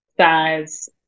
size